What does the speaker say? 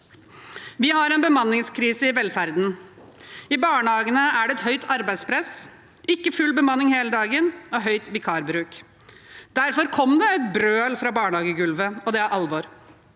Vi har en bemanningskrise i velferden. I barnehagene er det et høyt arbeidspress, ikke full bemanning hele dagen og høy vikarbruk. Derfor kom det et brøl fra barnehagegulvet, og det er alvor.